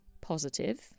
positive